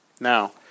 Now